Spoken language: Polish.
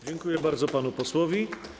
Dziękuję bardzo panu posłowi.